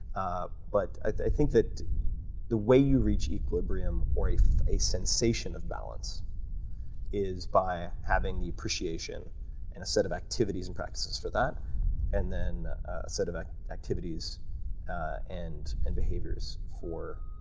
ah but i think that the way you reach equilibrium or a sensation of balance is by having the appreciation and a set of activities and practices for that and then a set of ah activities ah and and behaviors for